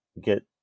get